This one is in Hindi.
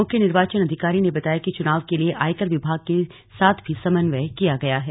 मुख्य निर्वाचन अधिकारी ने बताया कि चुनाव के लिए आयकर विभाग के साथ भी समन्वय किया गया है